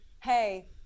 hey